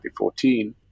2014